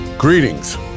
Greetings